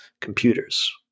computers